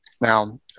Now